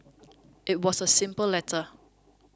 it was a simple letter